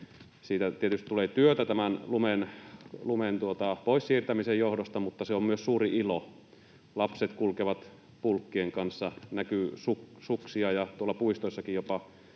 siitä tietysti tulee kaupunkilaisille työtä lumen pois siirtämisen johdosta mutta se on myös suuri ilo: lapset kulkevat pulkkien kanssa, näkyy suksia, ja jopa tuolla puistoissakin